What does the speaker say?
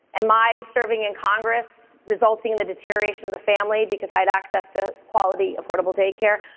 am i serving in congress resulting in the deterioration of the family because i had access to quality, affordable day care.